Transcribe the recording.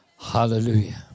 Hallelujah